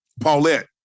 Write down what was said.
Paulette